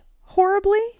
horribly